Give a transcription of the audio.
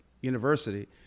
University